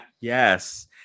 Yes